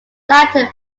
latin